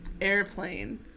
airplane